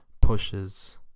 pushes